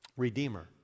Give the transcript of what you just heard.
Redeemer